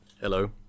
Hello